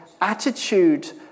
attitude